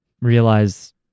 Realize